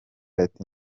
ati